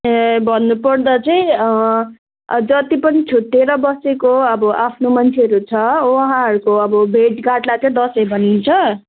ए भन्नुपर्दा चाहिँ जति पनि छुट्टेर बसेको अब आफ्नो मान्छेहरू छ उहाँहरूको अब भेटघाटलाई चाहिँ दसैँ भनिन्छ